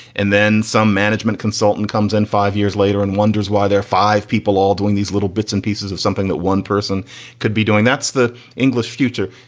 and then some management consultant comes and five years later and wonders why there five people all doing these little bits and pieces of something that one person could be doing. that's the english future.